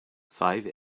five